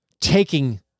taking